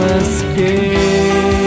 escape